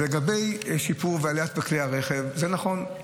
אז לגבי שיפור ועלייה בכלי הרכב, זה נכון.